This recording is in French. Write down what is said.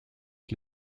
qui